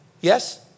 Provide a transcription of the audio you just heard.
Yes